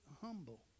humble